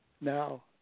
Now